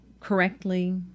correctly